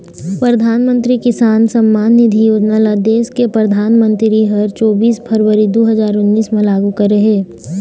परधानमंतरी किसान सम्मान निधि योजना ल देस के परधानमंतरी ह चोबीस फरवरी दू हजार उन्नीस म लागू करे हे